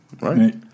Right